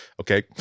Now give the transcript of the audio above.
okay